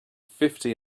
fifty